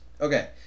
Okay